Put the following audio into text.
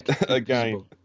Again